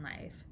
life